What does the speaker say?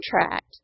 contract